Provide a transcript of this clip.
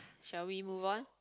shall we move on